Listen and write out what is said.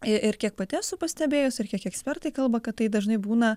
ir kiek pati esu pastebėjusi ir kiek ekspertai kalba kad tai dažnai būna